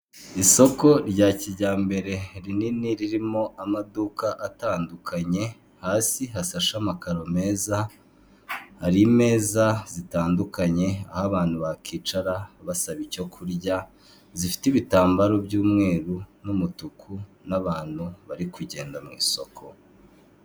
Isoko rya kijyambere rinini ririmo amaduka atandukanye hasi hasashe amaka ro meza, hari imeza zigiye zitandukanye aho abantu bakicara basaba icyo kurya zifite ibitamabaro by'umweru n'umutuku n'abantu bari kugenda mu isoko.